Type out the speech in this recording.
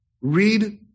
Read